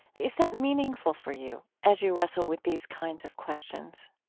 is that meaningful for you as you wrestle with these kinds of questions?